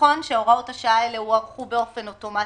נכון שהוראות השעה האלה הוארכו באופן אוטומטי,